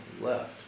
left